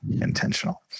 intentional